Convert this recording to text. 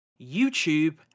YouTube